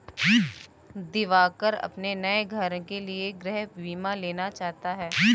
दिवाकर अपने नए घर के लिए गृह बीमा लेना चाहता है